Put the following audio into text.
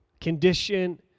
Condition